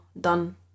done